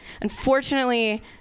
unfortunately